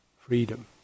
freedom